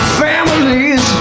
families